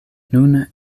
nun